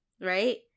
right